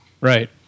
Right